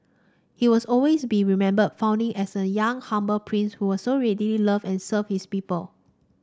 he was always be remembered fondly as a young humble prince who so readily loved and served his people